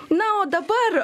na o dabar